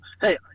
Hey